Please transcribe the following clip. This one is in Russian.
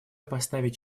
поставить